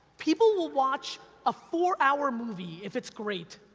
people will watch a four hour movie if it's great,